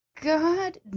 god